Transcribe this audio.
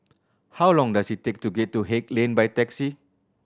how long does it take to get to Haig Lane by taxi